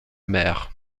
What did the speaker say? mère